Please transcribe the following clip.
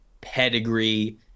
pedigree